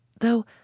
though